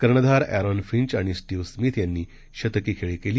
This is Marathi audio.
कर्णधार अर्थांम फिंच आणि स्टिव्ह स्मिथ यांनी शतकी खेळी केली